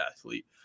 athlete